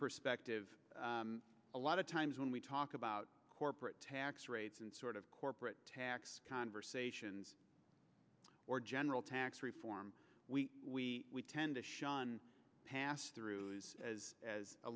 perspective a lot of times when we talk about corporate tax rates and sort of corporate tax conversations or general tax reform we tend to shun passthrough is as as a